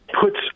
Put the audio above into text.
puts